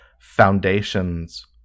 foundations